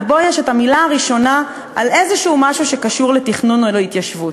ובו יש המילה הראשונה על איזשהו-משהו שקשור לתכנון או להתיישבות.